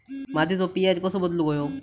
मातीचो पी.एच कसो बदलुक होयो?